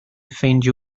ffeindio